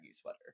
sweater